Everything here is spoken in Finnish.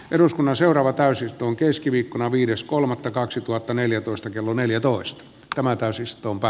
eduskunnan seuraava täysi ton keskiviikkona viides kolmatta kaksituhattaneljätoista kello neljätoista tämän täysistunto